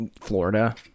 Florida